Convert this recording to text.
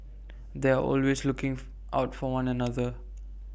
they are always looking out for one another